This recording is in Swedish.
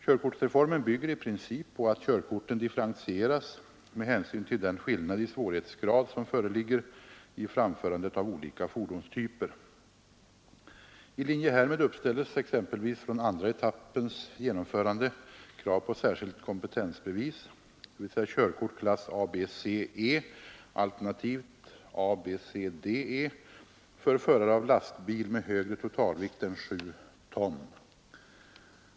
Körkortsreformen bygger i princip på att körkorten differentieras med hänsyn till den skillnad i svårighetsgrad som föreligger i framförandet av olika fordonstyper. I linje härmed uppställes exempelvis från andra etappens genomförande krav på särskilt kompetensbevis, dvs. körkort klass ABCE, alternativt ABCDE, för förare av lastbil med högre totalvikt än sju ton.